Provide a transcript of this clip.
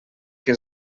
que